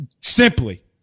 simply